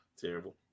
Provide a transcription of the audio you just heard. Terrible